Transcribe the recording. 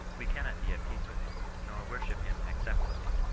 we cannot be at peace with him, nor worship him acceptably,